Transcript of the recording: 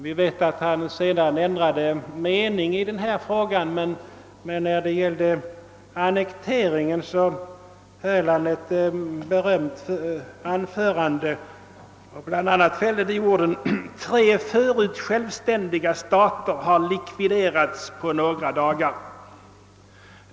Vi vet att han sedan hade annan mening i huvudfrågan, men i fråga om annekteringen höll han ett berömt anförande, där han bl.a. fällde orden: »Tre förut självständiga stater har likviderats på några dagar.